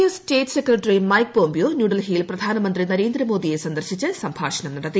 S state secretary Mike Pompeo ന്യൂഡൽഹിയിൽ പ്രധാനമന്ത്രി നരന്ദ്രമോദിയെ സന്ദർശിച്ച് സംഭാഷണം നടത്തി